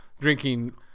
drinking